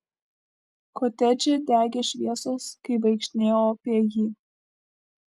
kotedže degė šviesos kai vaikštinėjau apie jį